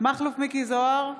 מכלוף מיקי זוהר,